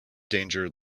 danger